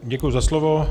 Děkuji za slovo.